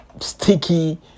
sticky